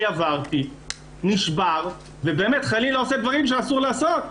עברתי נשבר וחלילה עושה דברים שאסור לעשות.